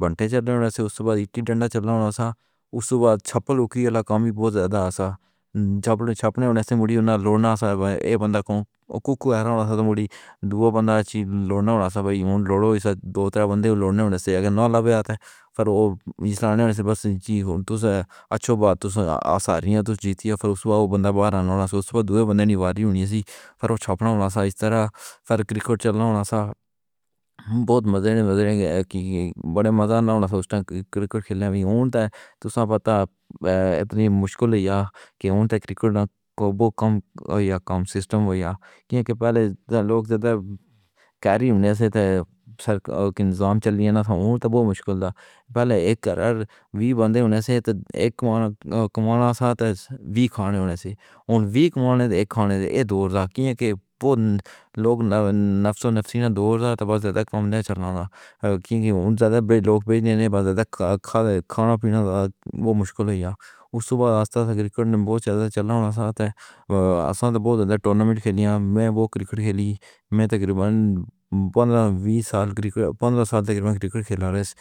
بھنٹے چلان والا تھا، فیر ہیٹی ڈنڈا چلان والا آیا۔ اس دے بعد چھپ لگا کے والا کھیل وی بہت مشہور تھا۔ جب چھپن موڑ کے لوڑنا ہوندا تے اک بندہ کوئی تھاں تے رہندا تے وچ دو بندے لوڑ رہے ہوندے۔ بھئی، لوڈو! اگر اوہ دو تن بندے لوڈے ہوندے تے نہ لبھدا تے اوہ منع کر دیندا، پر جے باہر آ جاندا تے جیت جاندا۔ پر جے بندہ باہر نہ ہوندا تے دوجے بندے دی واری آ جاندی تے فیر چھپن دا فرق رکھ کے کھیڈنا بہت مزہ دیندا تھا۔ کرکٹ کھیڈن وچ اونٹ تے کھیڈنا سب توں مشکل ہوندا کیونکہ اونٹ تے کرکٹ دا نظام کمزور تھا۔ پہلے لوگ زیادہ گھریلو زندگی گزاردے تھے، سرکار تے نظام چلدا تھا تے زندگی مشکل تھی۔ اک گھر وچ بندے ہوندے، اک کمایا ہوندا تے سب دے کھان پین دا بندوبست ہوندا۔ اوہ دور نفسانفسی دا دور تھا، زیادہ تر لوگ کمزور ہوندے تے مشکل نال گزارا کردے۔ اس دے بعد آہستہ آہستہ کرکٹ چلن لگی تے ٹورنامنٹ ہون لگے۔ میں تقریباً پندرہ بیس سال تک کرکٹ کھیلدا رہیا۔